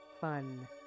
fun